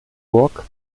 burg